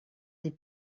des